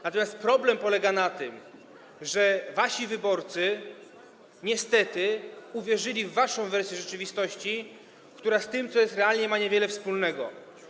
Natomiast problem polega na tym, że wasi wyborcy niestety uwierzyli w waszą wersję rzeczywistości, która z tym, co jest realnie, ma niewiele wspólnego.